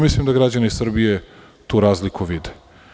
Mislim da građani Srbije tu razliku vide.